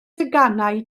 teganau